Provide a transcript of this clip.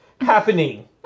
happening